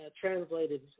translated